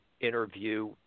interview